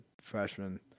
freshman